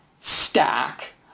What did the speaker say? stack